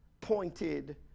pointed